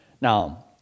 Now